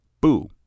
boo